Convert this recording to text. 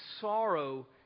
sorrow